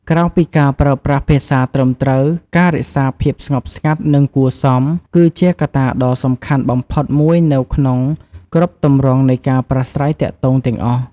ក្រៅពីការប្រើប្រាស់ភាសាត្រឹមត្រូវ ការរក្សាភាពស្ងប់ស្ងាត់ និងគួរសម គឺជាកត្តាដ៏សំខាន់បំផុតមួយនៅក្នុងគ្រប់ទម្រង់នៃការប្រាស្រ័យទាក់ទងទាំងអស់។